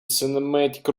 cinematic